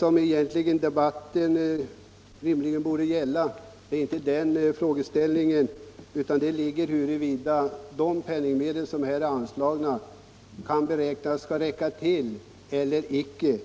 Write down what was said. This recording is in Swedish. om hjärtat. Vad debatten rimligen borde gälla är huruvida de penningmedel som nu föreslås kan beräknas räcka till eller ej.